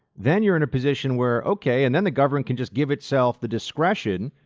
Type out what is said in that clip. then you're in a position where, okay, and then the government can just give itself the discretion,